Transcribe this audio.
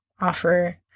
offer